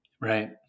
Right